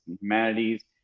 humanities